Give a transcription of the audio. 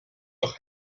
doch